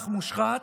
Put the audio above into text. מהלך מושחת,